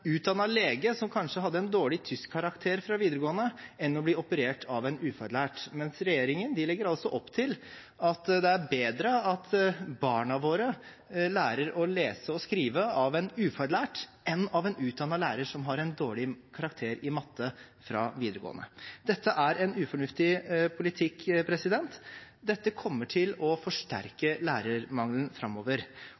utdannet lege som kanskje hadde en dårlig tyskkarakter fra videregående, enn å bli operert av en ufaglært. Men regjeringen legger altså opp til at det er bedre at barna våre lærer å lese og skrive av en ufaglært, enn av en utdannet lærer som har en dårlig karakter i matte fra videregående. Dette er en ufornuftig politikk. Dette kommer til å forsterke